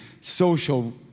social